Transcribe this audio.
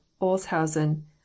Olshausen